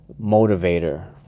motivator